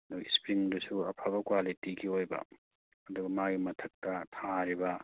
ꯑꯗꯣ ꯏꯁꯄꯔꯤꯡꯗꯁꯨ ꯑꯐꯕ ꯀ꯭ꯋꯥꯂꯤꯇꯤꯒꯤ ꯑꯣꯏꯕ ꯑꯗꯨꯒ ꯃꯥꯒꯤ ꯃꯊꯛꯇ ꯊꯥꯔꯤꯕ